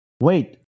wait